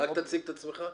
--- תציג את עצמך.